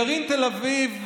גרעין תל אביב.